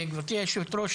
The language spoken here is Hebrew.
גברתי היו"ר,